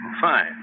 fine